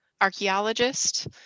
archaeologist